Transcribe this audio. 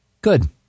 Good